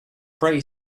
pray